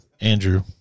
Andrew